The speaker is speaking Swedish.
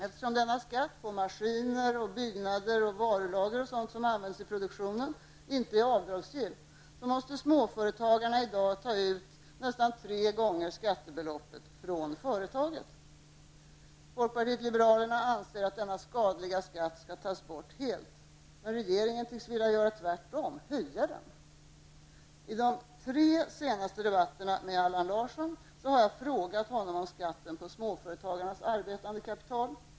Eftersom skatten på maskiner, byggnader, varulager och sådant som används i produktionen inte är avdragsgill, måste småföretagarna i dag ta ut nästan tre gånger skattebeloppet från företaget. Folkpartiet liberalerna anser att denna skadliga skatt helt skall tas bort. Men regeringen tycks vilja göra tvärtom -- höja den. I de tre senaste debatterna med Allan Larsson har jag frågat honom om skatten på småföretagens arbetande kapital.